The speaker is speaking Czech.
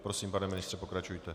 Prosím, pane ministře, pokračujte.